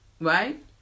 Right